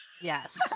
yes